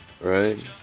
Right